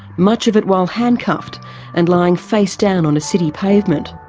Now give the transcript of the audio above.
much of it while handcuffed and lying face down on a city pavement.